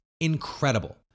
incredible